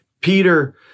Peter